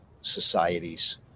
societies